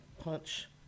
punch